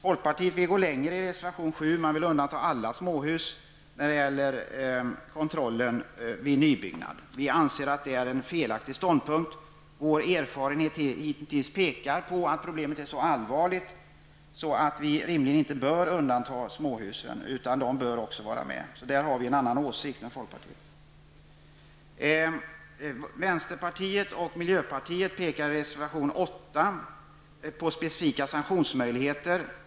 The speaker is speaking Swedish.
Folkpartiet vill gå längre i sin reservation 7 och vill undanta alla småhus när det gäller kontrollen vid nybyggnad. Vi anser att det är felaktigt. Vi menar att erfarenheterna hittills pekar på att problemet är så allvarligt, att vi rimligen inte bör undanta småhusen, utan de bör omfattas av kontrollen. Där har vi alltså en annan åsikt än folkpartisterna. ha specifika sanktionsmöjligheter.